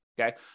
Okay